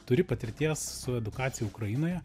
turi patirties su edukacija ukrainoje